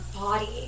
body